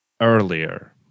earlier